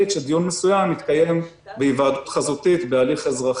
שדיון מסוים יתקיים בהיוועדות חזותית בהליך אזרחי.